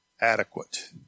adequate